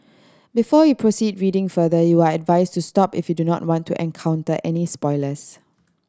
before you proceed reading further you are advised to stop if you do not want to encounter any spoilers